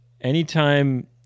anytime